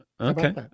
Okay